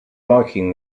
liking